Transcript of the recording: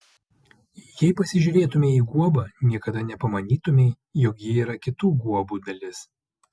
jei pasižiūrėtumei į guobą niekada nepamanytumei jog ji yra kitų guobų dalis